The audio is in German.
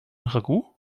ragout